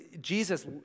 Jesus